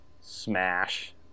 Smash